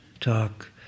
talk